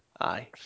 aye